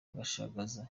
gashagaza